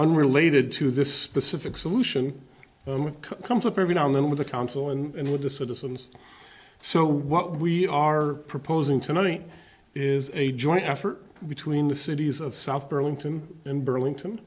unrelated to this specific solution comes up every now and then with the council and with the citizens so what we are proposing tonight is a joint effort between the cities of south burlington and burlington